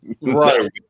Right